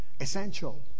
essential